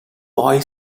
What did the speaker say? boy